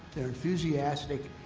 they're enthusiastic,